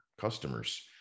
customers